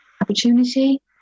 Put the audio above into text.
opportunity